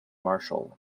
marshall